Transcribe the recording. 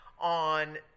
on